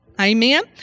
amen